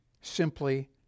simply